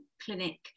clinic